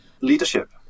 Leadership